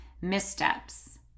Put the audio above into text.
missteps